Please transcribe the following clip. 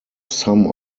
some